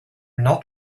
not